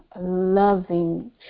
loving